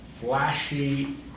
flashy